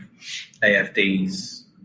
AFDs